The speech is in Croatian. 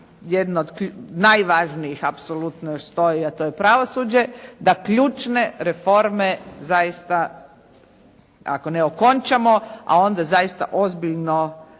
jedna od najvažnijih apsolutno još stoji a to je pravosuđe da ključne reforme zaista ako ne okončamo a onda zaista ozbiljno